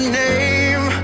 name